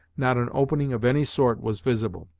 not an opening of any sort was visible,